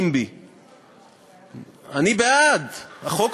NIMBY. זה לא חדש,